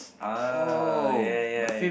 ah ya ya